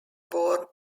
born